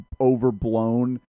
overblown